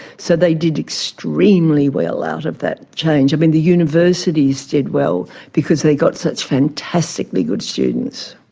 so they did extremely well out of that change. i mean, the universities did well because they got such fantastically good students.